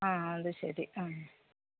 ആ അത് ശരി ആ